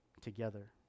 together